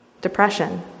Depression